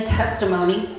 testimony